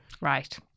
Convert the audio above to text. Right